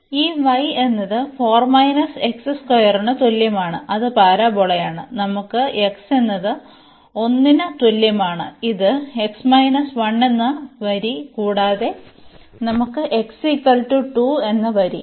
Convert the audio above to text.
അതിനാൽ ഈ y എന്നത് ന് തുല്യമാണ് അത് പരാബോളയാണ് നമുക്ക് x എന്നത് ഒന്നിന് തുല്യമാണ് ഇത് x1 എന്ന വരി കൂടാതെ നമുക്ക് x 2 എന്ന വരി